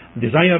desire